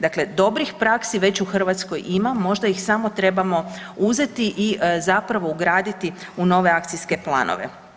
Dobrih praksi već u Hrvatskoj ima, možda ih samo trebamo uzeti i zapravo ugraditi u nove akcijske planove.